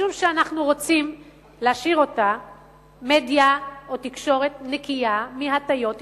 משום שאנחנו רוצים להשאיר אותה מדיה או תקשורת נקייה מהטיות אישיות,